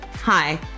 Hi